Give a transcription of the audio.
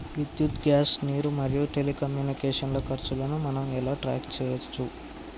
విద్యుత్ గ్యాస్ నీరు మరియు టెలికమ్యూనికేషన్ల ఖర్చులను మనం ఎలా ట్రాక్ చేయచ్చు?